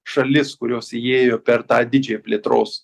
šalis kurios įėjo per tą didžiąją plėtros